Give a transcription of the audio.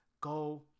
Go